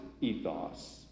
ethos